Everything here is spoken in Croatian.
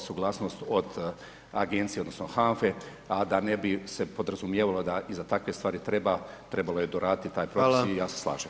suglasnost od agencije odnosno HANFA-e, a da se ne bi podrazumijevalo da i za takve stvari treba trebalo je doraditi taj … i ja se slažem.